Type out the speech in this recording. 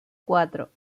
cuatro